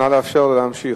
נא לאפשר לו להמשיך.